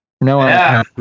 No